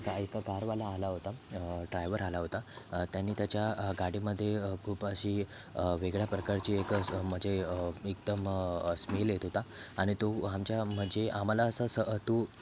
काय एक कारवाला आला होता ड्रायव्हर आला होता त्यानी त्याच्या गाडीमध्ये खूप अशी वेगळ्या प्रकारचे एक मजे एकदम स्मेल येत होता आणि तो आमच्या म्हणजे आम्हाला असं स् तो